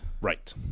right